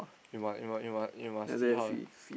you must you must you must you must see how